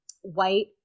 white